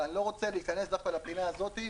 אבל אני לא רוצה להיכנס דווקא לפינה הזאת.